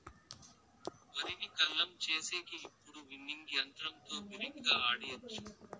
వరిని కల్లం చేసేకి ఇప్పుడు విన్నింగ్ యంత్రంతో బిరిగ్గా ఆడియచ్చు